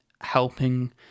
helping